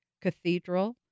Cathedral